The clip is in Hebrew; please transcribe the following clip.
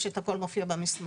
יש את הכל מופיע במסמכים.